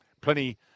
Plenty